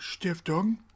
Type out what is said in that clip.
stiftung